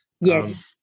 Yes